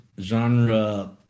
genre